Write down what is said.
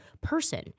person